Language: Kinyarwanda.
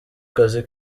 kazi